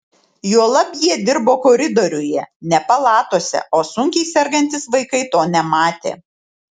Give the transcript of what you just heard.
juolab jie dirbo koridoriuje ne palatose o sunkiai sergantys vaikai to nematė